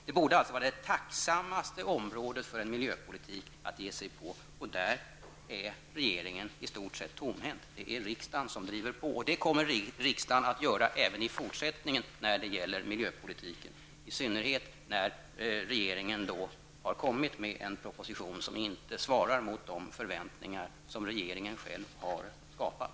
Det borde alltså vara det tacksammaste området inom miljöpolitiken att ge sig på, men där är regeringen i stort sett tomhänt. Det är riksdagen som driver på, och det kommer riksdagen att göra även i fortsättningen när det gäller miljöpolitiken, i synnerhet när regeringen har kommit med en proposition som inte svarar mot de förväntningar som regeringen själv har skapat.